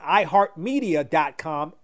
iHeartMedia.com